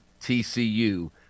TCU